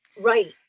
right